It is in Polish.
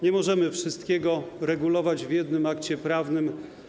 Nie możemy wszystkiego regulować w jednym akcie prawnym.